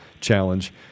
challenge